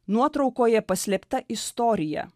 nuotraukoje paslėpta istorija